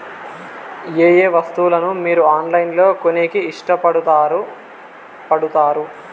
ఏయే వస్తువులను మీరు ఆన్లైన్ లో కొనేకి ఇష్టపడుతారు పడుతారు?